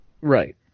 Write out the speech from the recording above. Right